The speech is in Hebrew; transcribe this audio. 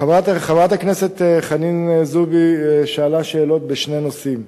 חברת הכנסת חנין זועבי שאלה שאלות בשני נושאים.